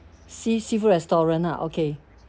sea~ seafood restaurant lah okay